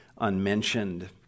unmentioned